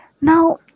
Now